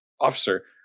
officer